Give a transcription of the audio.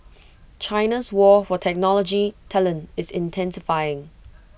China's war for technology talent is intensifying